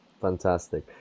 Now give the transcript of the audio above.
Fantastic